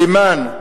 בתימן,